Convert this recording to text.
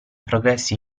progressi